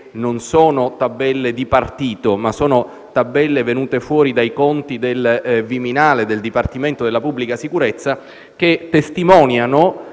non sono tabelle di partito, ma sono venute fuori dai conti del Viminale, del dipartimento della pubblica sicurezza, che testimoniano